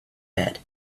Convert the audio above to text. bed